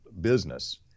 business